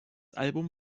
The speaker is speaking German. album